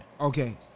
Okay